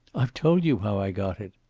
i've told you how i got it.